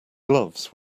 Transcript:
gloves